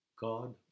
God